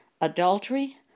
adultery